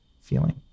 feeling